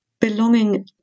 Belonging